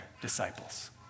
disciples